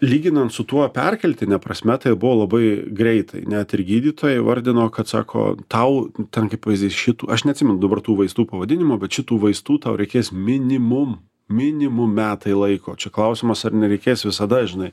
lyginant su tuo perkeltine prasme tai buvo labai greitai net ir gydytoja įvardino kad sako tau ten kaip pavyzdys šitų aš neatsimenu dabar tų vaistų pavadinimų bet šitų vaistų tau reikės minimum minimum metai laiko čia klausimas ar nereikės visada žinai